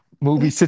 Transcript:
movie